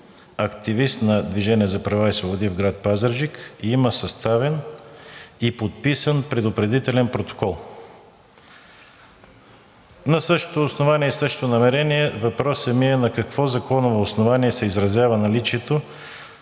в град Пазарджик, има съставен и подписан предупредителен протокол на същото основание и същото намерение. Въпросът ми е: на какво законово основание се изразява наличието